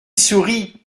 sourie